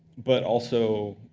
but also,